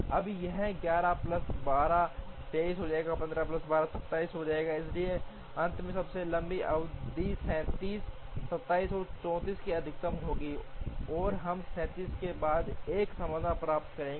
अब यह 11 plus 12 23 15 plus 12 27 बन जाएगा इसलिए अंत में सबसे लंबी अवधि 37 27 और 34 की अधिकतम होगी और हम 37 के साथ एक समाधान प्राप्त करेंगे